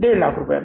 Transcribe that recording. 150000 सही है